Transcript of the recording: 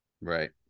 right